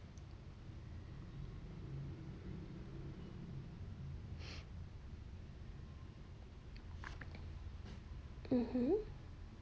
mmhmm